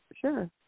Sure